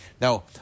Now